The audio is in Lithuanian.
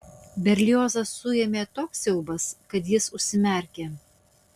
berliozą suėmė toks siaubas kad jis užsimerkė